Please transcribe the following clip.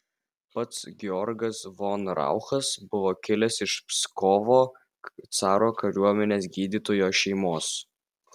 pats georgas von rauchas buvo kilęs iš pskovo caro kariuomenės gydytojo šeimos